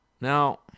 Now